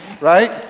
right